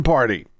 Party